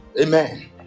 amen